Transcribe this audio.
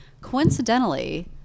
Coincidentally